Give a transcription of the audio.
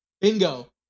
Bingo